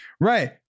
Right